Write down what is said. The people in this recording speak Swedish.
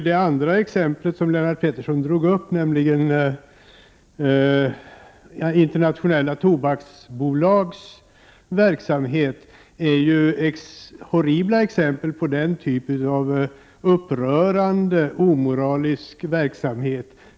De andra exempel som Lennart Pettersson tog upp, nämligen de om internationella tobaksbolags verksamhet, är ju horribla exempel på upprörande omoralisk verksamhet.